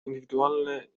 indywidualne